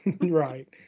Right